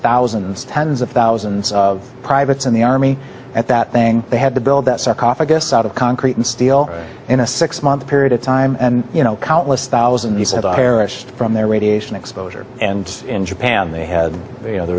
thousands tens of thousands of privates in the army at that thing they had to build that sarcophagus out of concrete and steel in a six month period of time and you know countless thousands of irish from their radiation exposure and in japan they had you know there